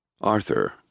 Arthur